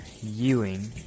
Ewing